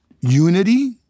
unity